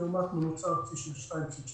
לעומת ממוצע של 2.2